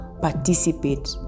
participate